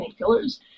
painkillers